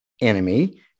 enemy